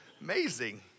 amazing